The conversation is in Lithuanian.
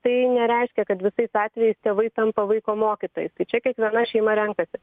tai nereiškia kad visais atvejais tėvai tampa vaiko mokytojais tai čia kiekviena šeima renkasi